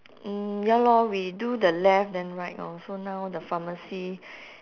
mm ya lor we do the left then right orh so now the pharmacy